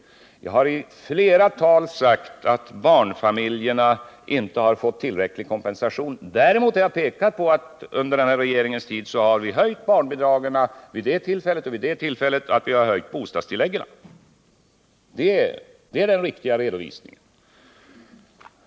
Jag har i flera tal sagt att barnfamiljerna inte har fått tillräcklig kompensation. Däremot har jag pekat på att vi under trepartiregeringens tid höjde barnbidragen och att vi höjde bostadstilläggen. Det är den riktiga redovisningen.